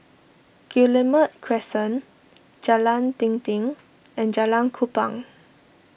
Guillemard Crescent Jalan Dinding and Jalan Kupang